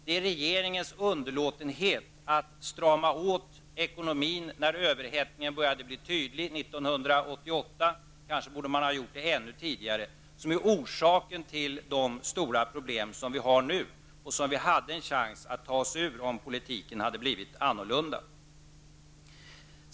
Det är regeringens underlåtenhet att strama åt ekonomin när överhettningen började bli tydlig år 1988 -- kanske borde man ha gjort det ännu tidigare -- som är orsaken till de stora problem som vi nu har och som vi hade haft en chans att ta oss ur om politiken hade blivit en annan.